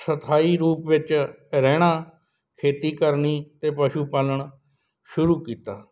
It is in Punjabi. ਸਥਾਈ ਰੂਪ ਵਿੱਚ ਰਹਿਣਾ ਖੇਤੀ ਕਰਨੀ ਅਤੇ ਪਸ਼ੂ ਪਾਲਣ ਸ਼ੁਰੂ ਕੀਤਾ